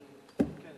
כן,